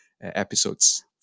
episodes